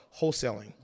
wholesaling